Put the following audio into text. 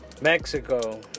Mexico